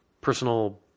personal